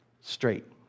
straight